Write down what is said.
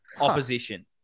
opposition